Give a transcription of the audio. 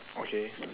okay